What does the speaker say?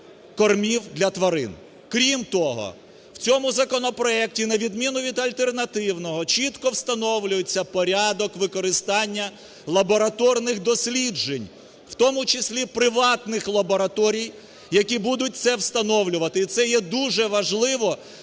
Крім того, в цьому законопроекті, на відміну від альтернативного, чітко встановлюється порядок використання лабораторних досліджень, в тому числі приватних лабораторій, які будуть це встановлювати, і це є дуже важливо.